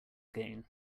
gain